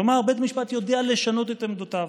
כלומר, בית המשפט יודע לשנות את עמדותיו.